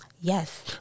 Yes